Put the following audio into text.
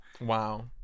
Wow